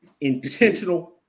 intentional